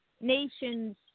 nations